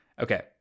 Okay